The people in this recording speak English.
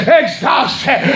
exhausted